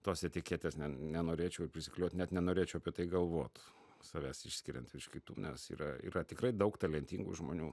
tos etiketės ne nenorėčiau ir prisiklijuot net nenorėčiau apie tai galvot savęs išskiriant iš kitų nes yra yra tikrai daug talentingų žmonių